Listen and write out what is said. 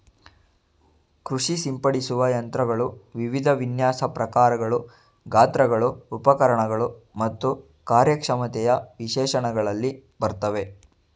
ಕೃಷಿ ಸಿಂಪಡಿಸುವ ಯಂತ್ರಗಳು ವಿವಿಧ ವಿನ್ಯಾಸ ಪ್ರಕಾರಗಳು ಗಾತ್ರಗಳು ಉಪಕರಣಗಳು ಮತ್ತು ಕಾರ್ಯಕ್ಷಮತೆಯ ವಿಶೇಷಣಗಳಲ್ಲಿ ಬರ್ತವೆ